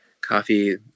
coffee